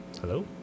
Hello